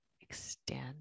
Extend